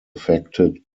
affected